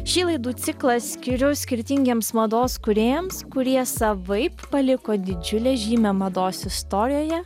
šį laidų ciklą skiriu skirtingiems mados kūrėjams kurie savaip paliko didžiulę žymę mados istorijoje